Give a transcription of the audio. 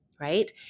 right